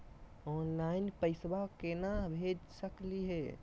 Online पैसवा केना भेज सकली हे?